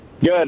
Good